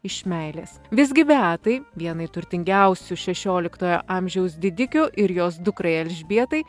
iš meilės visgi beatai vienai turtingiausių šešioliktojo amžiaus didikių ir jos dukrai elžbietai